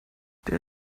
der